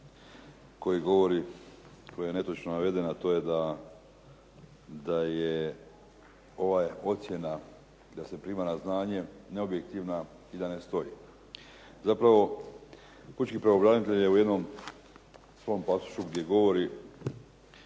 koji je netočno naveden, a to je da ova ocjena da se prima na znanje, neobjektivna i da ne stoji. Zapravo, pučki pravobranitelj je u jednom svom pasusu gdje govori